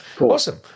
awesome